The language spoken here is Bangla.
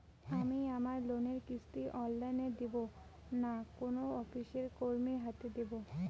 আমি আমার লোনের কিস্তি অনলাইন দেবো না কোনো অফিসের কর্মীর হাতে দেবো?